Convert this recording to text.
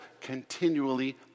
continually